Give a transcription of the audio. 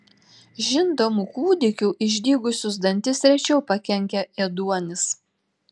žindomų kūdikių išdygusius dantis rečiau pakenkia ėduonis